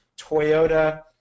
Toyota